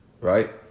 Right